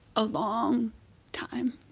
a long time